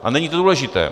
A není to důležité.